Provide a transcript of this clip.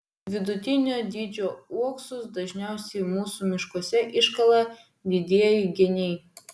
vidutinio dydžio uoksus dažniausiai mūsų miškuose iškala didieji geniai